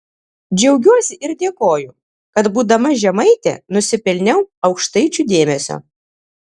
džiaugiuosi ir dėkoju kad būdama žemaitė nusipelniau aukštaičių dėmesio